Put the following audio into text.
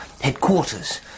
headquarters